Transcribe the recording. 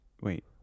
Wait